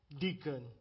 deacon